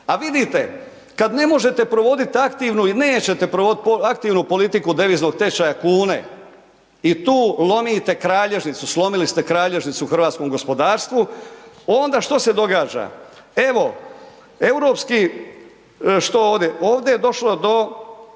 A vidite kad ne možete provodit aktivnu i nećete provoditi aktivnu politiku deviznog tečaja kune i tu lomite kralježnicu, slomili ste kralježnicu hrvatskom gospodarstvu. Onda što se događa? Evo, europski, što ovdje, ovdje je došlo do